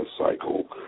cycle